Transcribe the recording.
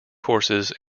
courses